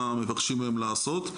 מה מבקשים מהם לעשות,